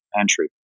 entry